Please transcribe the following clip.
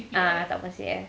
ah tak potong C_P_F